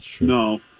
no